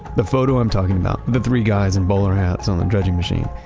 the photo i'm talking about, the three guys in bowler hats on the dredging machine,